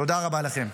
תודה רבה לכם.